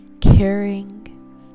caring